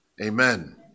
Amen